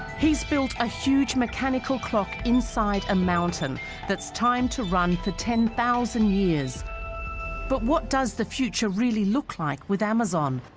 he's built a huge mechanical clock inside a mountain that's time to run for ten thousand years but what does the future really look like with amazon?